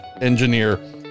engineer